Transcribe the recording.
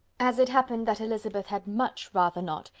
as it happened that elizabeth had much rather not,